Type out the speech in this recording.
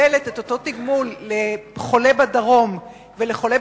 שמקבלת את אותו תגמול לחולה בדרום ולחולה